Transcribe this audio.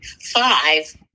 five